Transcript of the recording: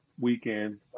weekend